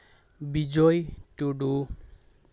Bijoy Tudu